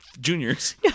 Juniors